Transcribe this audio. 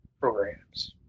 programs